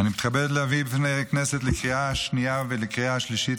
התקבלה בקריאה השנייה והשלישית,